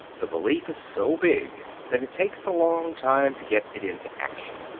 the belief is so big that it takes a long time to get it into action.